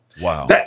Wow